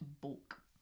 bulk